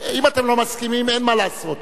אם אתם לא מסכימים, אין מה לעשות.